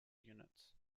units